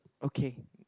okay